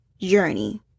journey